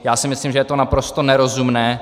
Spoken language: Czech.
Já si myslím, že je to naprosto nerozumné.